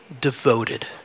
devoted